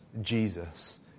Jesus